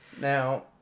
Now